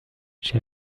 j’ai